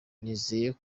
nizeye